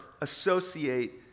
associate